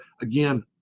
again